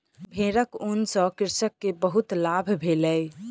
भेड़क ऊन सॅ कृषक के बहुत लाभ भेलै